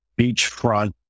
beachfront